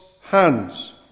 hands